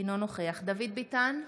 אינו נוכח דוד ביטן,